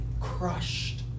crushed